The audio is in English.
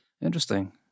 Interesting